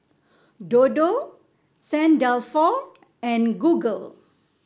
Dodo Saint Dalfour and Google